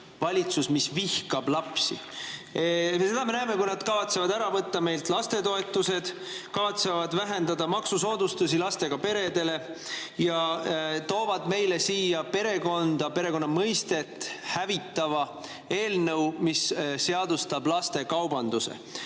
valitsus, kes vihkab lapsi. Seda me näeme, kui nad kavatsevad meilt ära võtta lastetoetused, kavatsevad vähendada maksusoodustusi lastega peredele ja toovad meile siia perekonna mõistet hävitava eelnõu, mis seadustab lastekaubanduse.